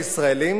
הישראלים,